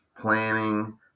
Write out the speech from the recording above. planning